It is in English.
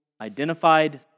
identified